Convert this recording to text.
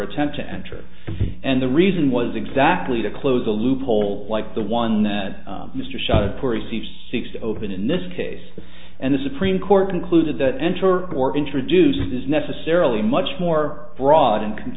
attempt to enter and the reason was exactly to close a loophole like the one that mr showed poor received six open in this case and the supreme court concluded that enter or introduce is necessarily much more broad incans can